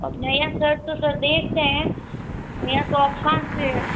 अब नया शर्ट तो सर देखते हैं नया तो अब कहाँ से